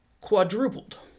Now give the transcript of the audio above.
quadrupled